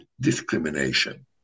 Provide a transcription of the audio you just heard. discrimination